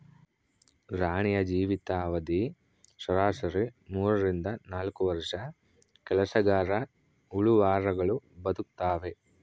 ರಾಣಿಯ ಜೀವಿತ ಅವಧಿ ಸರಾಸರಿ ಮೂರರಿಂದ ನಾಲ್ಕು ವರ್ಷ ಕೆಲಸಗರಹುಳು ವಾರಗಳು ಬದುಕ್ತಾವೆ